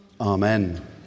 Amen